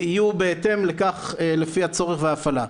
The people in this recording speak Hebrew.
יהיו בהתאם לכך לפי הצורך וההפעלה.